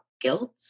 guilt